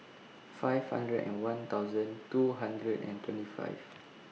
five hundred and one thousand two hundred and twenty five